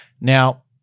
Now